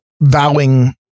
vowing